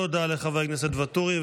תודה לחבר הכנסת ואטורי.